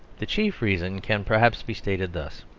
the chief reason can perhaps be stated thus